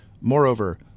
Moreover